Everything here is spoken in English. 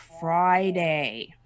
Friday